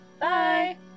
Bye